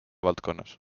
valdkonnas